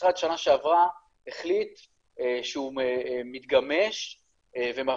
והמשרד בשנה שעברה החליט שהוא מתגמש ומפסיק